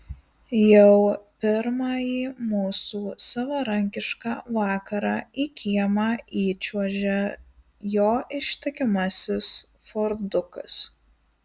jau pirmąjį mūsų savarankišką vakarą į kiemą įčiuožia jo ištikimasis fordukas